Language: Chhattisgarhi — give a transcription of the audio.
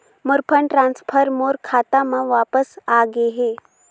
मोर फंड ट्रांसफर मोर खाता म वापस आ गे हे